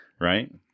Right